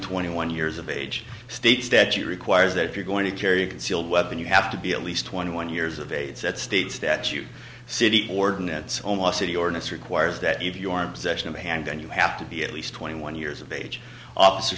twenty one years of age state statute requires that if you're going to carry a concealed weapon you have to be at least twenty one years of age that states that you city ordinance omagh city ordinance requires that if your possession of a handgun you have to be at least twenty one years of age officer